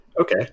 Okay